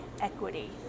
equity